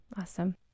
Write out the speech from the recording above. Awesome